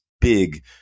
big